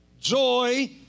Joy